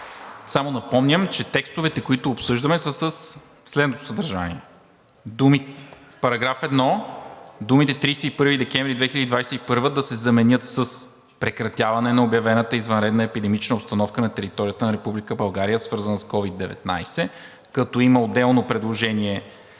Само напомням, че текстовете, които обсъждаме, са със следното съдържание: в § 1 думите „31 декември 2021 г.“ да се заменят с „прекратяване на обявената извънредна епидемична обстановка на територията на Република България, свързана с COVID-19“, като има отделно предложение